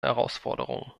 herausforderungen